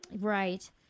Right